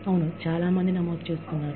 అవును చాలా మంది చేరారు